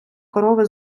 корови